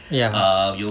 ya